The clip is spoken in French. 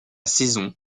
saison